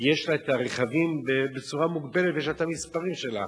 כי יש לה הרכבים בצורה מוגבלת ויש לה המספרים שלה,